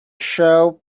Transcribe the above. shelf